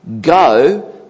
Go